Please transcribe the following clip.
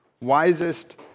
wisest